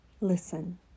Listen